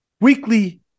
Weekly